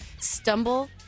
stumble